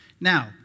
Now